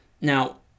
Now